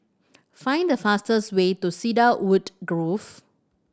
find the fastest way to Cedarwood Grove